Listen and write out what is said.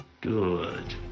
Good